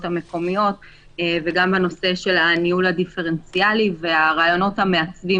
המקומיות וגם בנושא הניהול הדיפרנציאלי והרעיונות המעצבים